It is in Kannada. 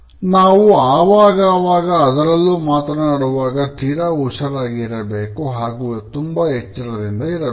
ನಾವು ಅವಾಗಾವಾಗ ಅದರಲ್ಲೂ ಮಾತನಾಡುವಾಗ ತೀರಾ ಹುಷಾರಾಗಿ ಇರಬೇಕು ಹಾಗೂ ತುಂಬಾ ಎಚ್ಚರದಿಂದ ಇರಬೇಕು